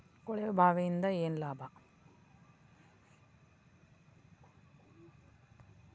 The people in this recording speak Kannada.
ಕೊಳವೆ ಬಾವಿಯಿಂದ ಏನ್ ಲಾಭಾ?